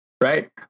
Right